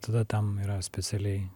tada tam yra specialiai